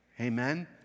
Amen